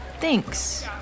thanks